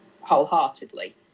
wholeheartedly